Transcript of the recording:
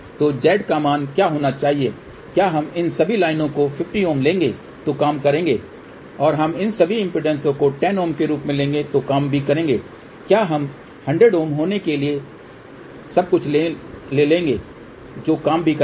तो Z का मान क्या होना चाहिए क्या हम इन सभी लाइनों को 50 Ω लेंगे जो काम करेंगे और हम इन सभी इम्पीडेंसेस को 10 Ω के रूप में लेंगे जो काम भी करेंगे क्या हम 100 Ω होने के लिए सब कुछ ले लेंगे जो काम भी करेगा